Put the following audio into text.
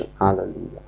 hallelujah